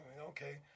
Okay